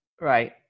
Right